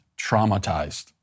Traumatized